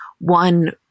one